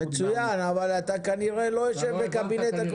מצוין, אבל אתה כנראה לא יושב בקבינט הקורונה.